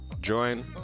Join